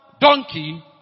donkey